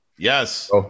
Yes